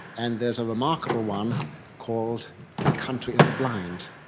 and there is a remarkable one called the country of the blind.